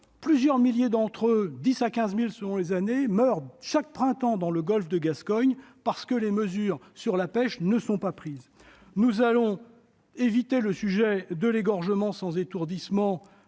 plusieurs milliers d'entre eux- 10 000 à 15 000 selon les années -meurent chaque printemps dans le golfe de Gascogne, parce que les mesures relatives à la pêche ne sont pas prises. Nous allons éviter le sujet de l'égorgement sans étourdissement